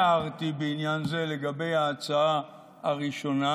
הערתי בעניין זה לגבי ההצעה הראשונה,